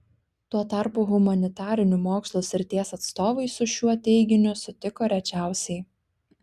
tuo tarpu humanitarinių mokslų srities atstovai su šiuo teiginiu sutiko rečiausiai